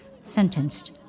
sentenced